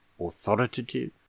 authoritative